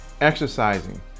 exercising